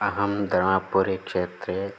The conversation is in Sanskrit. अहं दर्मपुरिक्षेत्रे